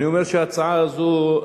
אני אומר שההצעה הזו,